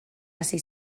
hasi